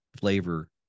flavor